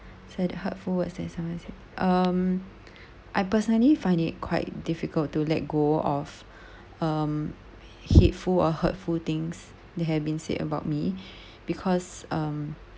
said hurtful words that someone said um I personally find it quite difficult to let go of um hateful or hurtful things that have been said about me because um